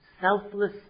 Selfless